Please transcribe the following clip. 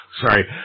sorry